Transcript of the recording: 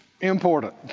important